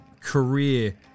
career